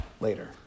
later